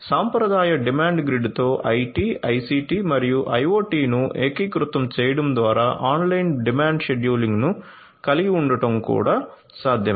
సాంప్రదాయ డిమాండ్ గ్రిడ్తో IT ICT మరియు IOT ను ఏకీకృతం చేయడం ద్వారా ఆన్లైన్ డిమాండ్ షెడ్యూలింగ్ను కలిగి ఉండటం కూడా సాధ్యమే